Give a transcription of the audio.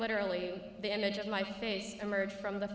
literally the image of my face emerged from the